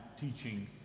teaching